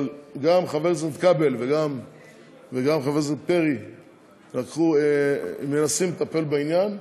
אבל גם חבר הכנסת כבל וגם חבר הכנסת פרי מנסים לטפל בעניין.